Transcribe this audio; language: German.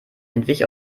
entwich